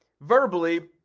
verbally